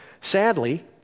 Sadly